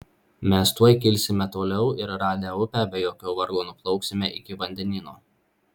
mes tuoj kilsime toliau ir radę upę be jokio vargo nuplauksime iki vandenyno